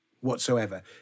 whatsoever